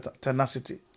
tenacity